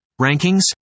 Rankings